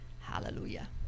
Hallelujah